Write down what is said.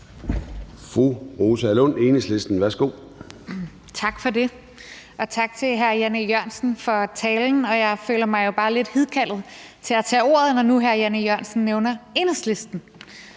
Fru Rosa Lund, Enhedslisten. Værsgo. Kl. 10:14 Rosa Lund (EL): Tak for det, og tak til hr. Jan E. Jørgensen for talen. Jeg føler mig jo bare lidt hidkaldt til at tage ordet, når nu hr. Jan E. Jørgensen nævner Enhedslisten.